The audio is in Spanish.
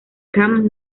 camp